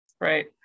Right